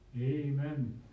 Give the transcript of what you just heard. Amen